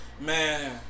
man